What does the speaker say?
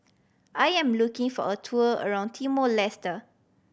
I am looking for a tour around Timor Leste